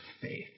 faith